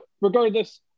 regardless